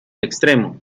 extremo